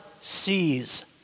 sees